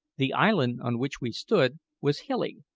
the island on which we stood was hilly,